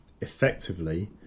effectively